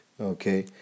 okay